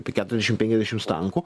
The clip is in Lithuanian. apie keruriasdešim penkiasdešims tankų